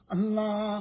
Allah